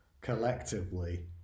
collectively